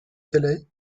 calais